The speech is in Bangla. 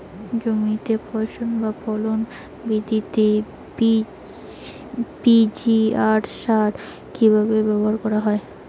জমিতে ফসল বা ফলন বৃদ্ধিতে পি.জি.আর সার কীভাবে ব্যবহার করা হয়?